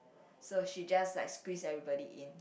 so she just like squeeze everybody in